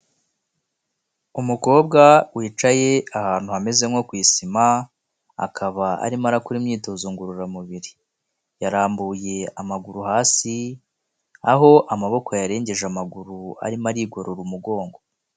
Umukobwa wicaye ahantu hameze nko ku isima akaba arimo arakora imyitozo ngororamubiri, yarambuye amaguru hasi aho amaboko yayarengeje amaguru arimo arigorora umugongo.